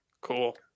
Cool